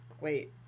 Wait